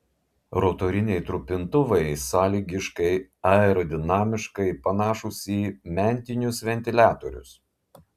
rotoriniai trupintuvai sąlygiškai aerodinamiškai panašūs į mentinius ventiliatorius